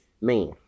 man